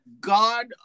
God